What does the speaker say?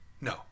No